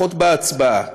לפחות בהצבעה.